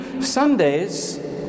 Sundays